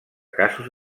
casos